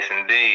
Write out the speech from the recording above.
indeed